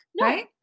right